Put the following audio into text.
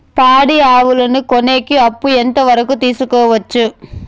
పాడి ఆవులని కొనేకి అప్పు ఎంత వరకు తీసుకోవచ్చు?